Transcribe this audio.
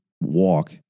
walk